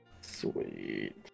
Sweet